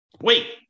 wait